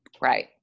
Right